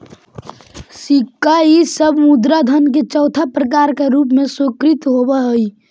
सिक्का इ सब मुद्रा धन के चौथा प्रकार के रूप में स्वीकृत होवऽ हई